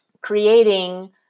creating